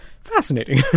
fascinating